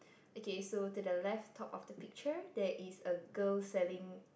okay so to the left top of the picture there is a girl selling